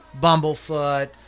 Bumblefoot